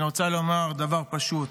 אני רוצה לומר דבר פשוט: